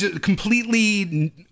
completely